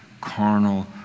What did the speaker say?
carnal